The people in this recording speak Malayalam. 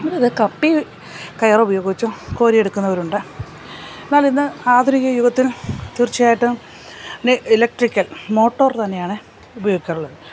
നമ്മൾ ഇത് കപ്പി കയറുപയോഗിച്ചും കോരി എടുക്കുന്നവരുണ്ട് എന്നാൽ ഇന്ന് ആധുനിക യുഗത്തിൽ തീർച്ചയായിട്ടും ഇലക്ട്രിക്കൽ മോട്ടോർ തന്നെയാണ് ഉപയോഗിക്കാറുള്ളത്